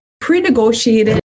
pre-negotiated